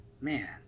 Man